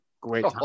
Great